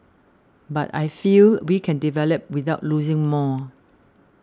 but I feel we can develop without losing more